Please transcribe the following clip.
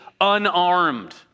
unarmed